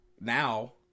now